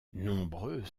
nombreux